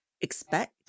expect